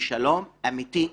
ובשלום אמתי וצודק.